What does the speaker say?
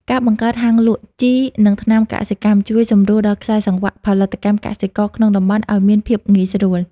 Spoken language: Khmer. ការបង្កើត "ហាងលក់ជី និងថ្នាំកសិកម្ម" ជួយសម្រួលដល់ខ្សែសង្វាក់ផលិតកម្មកសិករក្នុងតំបន់ឱ្យមានភាពងាយស្រួល។